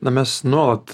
na mes nuolat